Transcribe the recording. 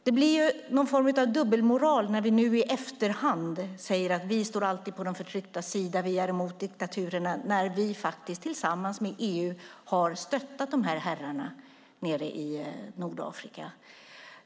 Det blir någon form av dubbelmoral när vi nu i efterhand säger att vi alltid står på de förtrycktas sida och att vi är emot diktaturerna när vi faktiskt tillsammans med EU har stöttat dessa herrar nere i Nordafrika.